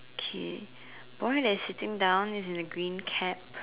kay boy that is sitting down is in a green cap